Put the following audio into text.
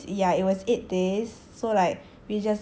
eight days ya it was eight days so like